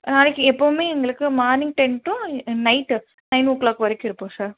நாளைக்கு எப்பவுமே எங்களுக்கு morning ten to night nine o'clock வரைக்கும் இருப்போம் சார்